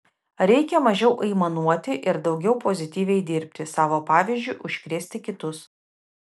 reikia mažiau aimanuoti ir daugiau pozityviai dirbti savo pavyzdžiu užkrėsti kitus